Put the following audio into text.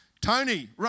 Tony